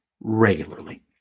regularly